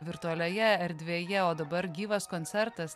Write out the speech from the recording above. virtualioje erdvėje o dabar gyvas koncertas